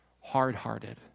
hard-hearted